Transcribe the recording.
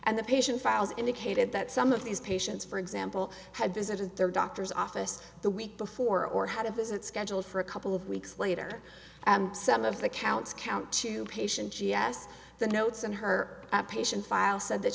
and the patient files indicated that some of these patients for example had visited their doctor's office the week before or had a visit scheduled for a couple of weeks later and some of the counts count two patients yes the notes and her patient file said that